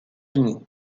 unis